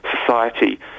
society